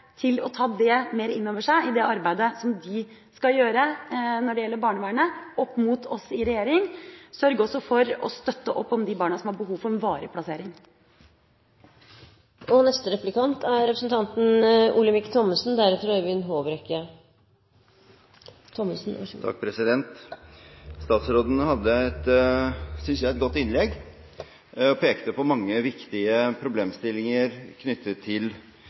til å ta det mer inn over seg i det arbeidet de skal gjøre opp mot oss i regjeringen, når det gjelder barnevernet: Sørg for også å støtte opp om de barna som har behov for en varig plassering. Statsråden hadde et godt innlegg og pekte på mange viktige problemstillinger knyttet til